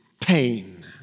pain